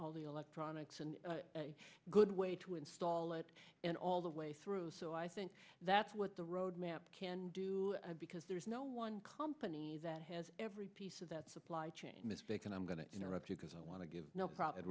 all the electronics and a good way to install it and all the way through so i think that's what the roadmap can do because there is no one company that has every piece of that supply chain mistake and i'm going to interrupt you because i want to